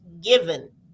given